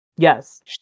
Yes